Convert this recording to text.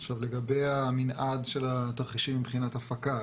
לגבי המינעד של התרחישים מבחינת הפקה,